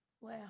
wow